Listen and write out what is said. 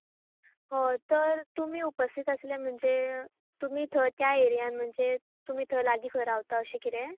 हय तर तुमी उपस्थीत आसले म्हणचे तुमी त्या एरियांत म्हणचे तुमी थंय लागीं खंय रावता अशें कितें